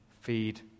feed